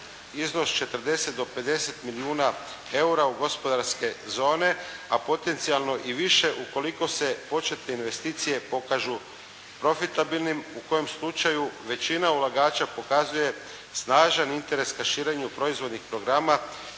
iznos od 40 do 50 milijuna eura u gospodarske zone, a potencijalno i više ukoliko se početne investicije pokažu profitabilnim u kojem slučaju većina ulagača pokazuje snažan interes kaširanju proizvodnih programa